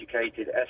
educated